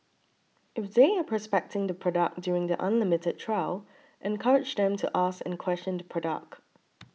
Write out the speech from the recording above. if they are prospecting the product during the unlimited trial encourage them to ask and question the product